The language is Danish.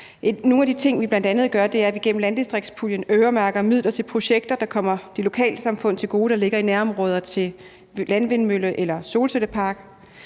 Nogle af de ting, vi bl.a. gør, er, at vi gennem landdistriktspuljen øremærker midler til projekter, der kommer de lokalsamfund til gode, der ligger i nærområder til landvindmølle- eller solcelleparker.